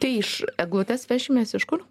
tai iš eglutes vešimės iš kur